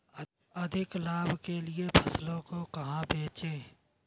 अधिक लाभ के लिए फसलों को कहाँ बेचें?